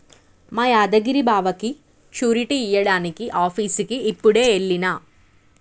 మా యాదగిరి బావకి సూరిటీ ఇయ్యడానికి ఆఫీసుకి యిప్పుడే ఎల్లిన